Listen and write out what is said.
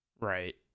Right